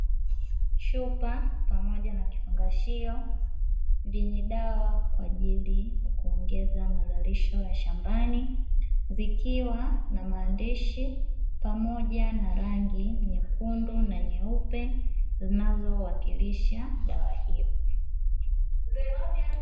Chupa pamoja na kifungashio vyenye dawa kwa ajili ya kuongeza mazalisho ya shambani, zikiwa na maandishi pamoja na rangi nyekundu na nyeupe, zinazowakilisha dawa hiyo.